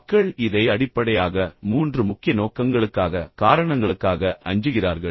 மக்கள் இதை அடிப்படையாக மூன்று முக்கிய நோக்கங்களுக்காக காரணங்களுக்காக அஞ்சுகிறார்கள்